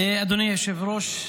אדוני היושב-ראש,